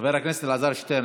חבר הכנסת אלעזר שטרן,